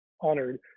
honored